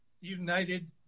United